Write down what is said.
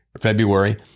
February